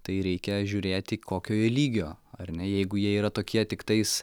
tai reikia žiūrėti kokio jie lygio ar ne jeigu jie yra tokie tiktais